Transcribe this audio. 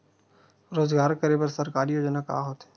रोजगार करे बर सरकारी योजना का का होथे?